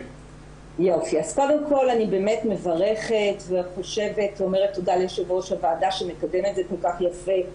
אני באמת מברכת ואומרת תודה ליושב-ראש הוועדה שמקדם את זה כל כך יפה.